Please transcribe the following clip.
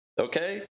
okay